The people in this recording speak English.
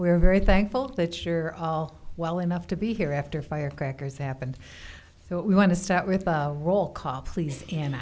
are very thankful that you're all well enough to be here after firecrackers happened so we want to start with a roll call please and